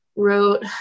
wrote